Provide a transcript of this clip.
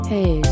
Hey